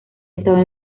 estaba